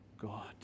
God